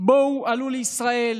בואו, עלו לישראל.